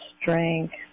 strength